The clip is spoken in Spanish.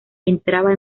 entraba